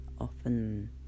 Often